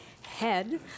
head